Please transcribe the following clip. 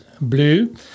Blue